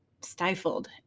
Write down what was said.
stifled